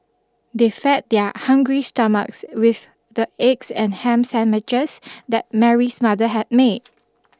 they fed their hungry stomachs with the eggs and ham sandwiches that Mary's mother had made